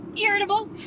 irritable